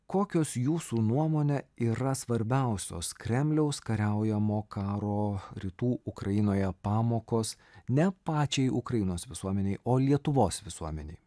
kokios jūsų nuomone yra svarbiausios kremliaus kariaujamo karo rytų ukrainoje pamokos ne pačiai ukrainos visuomenei o lietuvos visuomenei